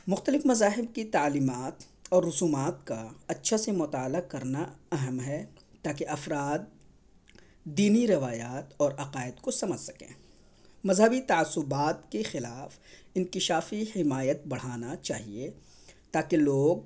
مختلف مذاہب کی تعلیمات اور رسومات کا اچھا سا مطالعہ کرنا اہم ہے تاکہ افراد دینی روایات اور عقائد كو سمجھ سکیں مذہبی تعصبات کے خلاف انکشافی حمایت بڑھانا چاہیے تاکہ لوگ